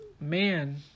man